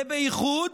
ובייחוד